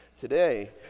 today